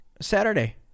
Saturday